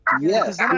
Yes